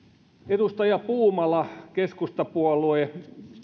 edustaja puumala keskustapuolue